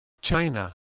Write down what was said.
China